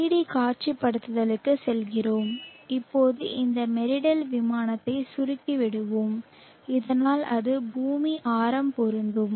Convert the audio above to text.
3 D காட்சிப்படுத்தலுக்குச் செல்கிறோம் இப்போது இந்த மெரிடல் விமானத்தை சுருக்கி விடுவோம் இதனால் அது பூமி ஆரம் பொருந்தும்